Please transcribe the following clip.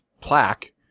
plaque